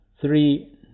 three